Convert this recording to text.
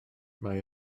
mae